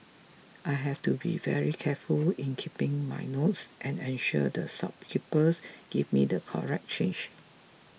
I have to be very careful in keeping my notes and ensure that shopkeepers give me the correct change